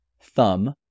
thumb